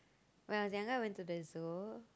when I was younger went to the zoo